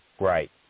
Right